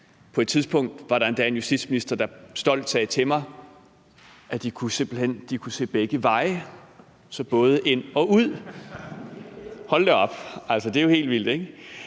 På et tidspunkt var der endda en justitsminister, der stolt sagde til mig, at de kunne se begge veje, altså både ind og ud – hold da op, det er jo helt vildt, ikke?